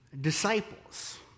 disciples